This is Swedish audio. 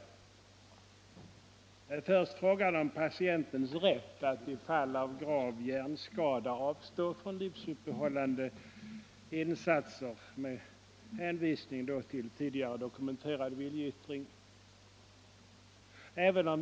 Den första frågan gäller patientens rätt att vid fall av grav hjärnskada avstå från livsuppehållande insatser med hänvisning till tidigare dokumenterad viljeyttring.